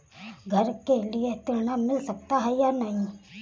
घर के लिए ऋण मिल सकता है या नहीं?